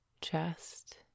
chest